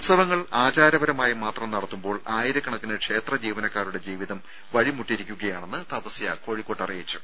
ഉത്സവങ്ങൾ ആചാരപരമായി മാത്രം നടത്തുമ്പോൾ ആയിരക്കണക്കിന് ക്ഷേത്ര ജീവനക്കാരുടെ ജീവിതം വഴിമുട്ടിയിരിക്കുകയാണെന്ന് തപസ്യ കോഴിക്കോട്ട് അറിയിച്ചു